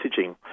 messaging